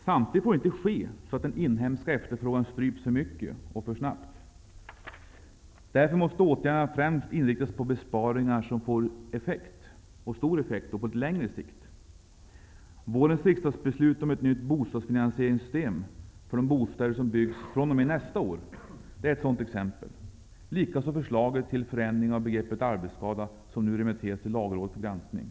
Samtidigt får det inte ske så att den inhemska efterfrågan stryps för mycket och för snabbt. Därför måste åtgärderna främst inriktas på besparingar som får stor effekt på lite längre sikt. Vårens riksdagsbeslut om ett nytt bostadsfinansieringssystem för de bostäder som byggs fr.o.m. nästa år är ett sådant exempel. Likaså förslaget till förändring av begreppet arbetsskada som nu remitterats till lagrådet för granskning.